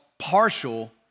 partial